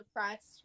depressed